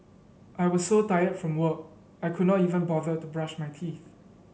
I was so tired from work I could not even bother to brush my teeth